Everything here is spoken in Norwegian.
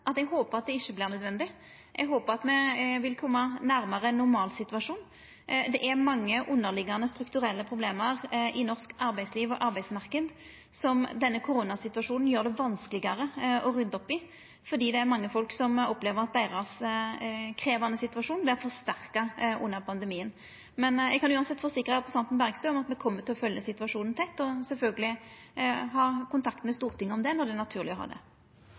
at eg håpar at det ikkje vert nødvendig. Eg håpar at me vil koma nærmare ein normalsituasjon. Det er mange underliggjande strukturelle problem i det norske arbeidslivet og i den norske arbeidsmarknaden som koronasituasjonen gjer det vanskelegare å rydda opp i, for det er mange som opplever at deira krevjande situasjon vert forsterka under pandemien. Eg kan uansett forsikra representanten Bergstø om at me kjem til å følgja situasjonen tett og sjølvsagt ha kontakt med Stortinget om det når det er naturleg å ha det.